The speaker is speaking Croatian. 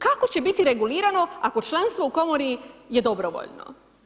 Kako će biti regulirano ako članstvo u komori je dobrovoljno?